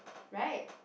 right